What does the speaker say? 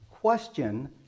Question